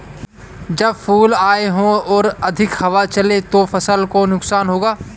जब फूल आए हों और अधिक हवा चले तो फसल को नुकसान होगा?